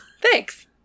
thanks